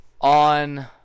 on